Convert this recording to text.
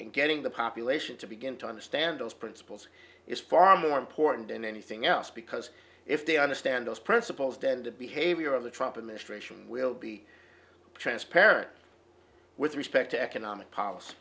and getting the population to begin to understand those principles is far more important than anything else because if they understand those principles then to behavior of the trump initiation will be transparent with respect to economic policy